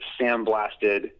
sandblasted